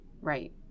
Right